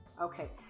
Okay